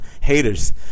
haters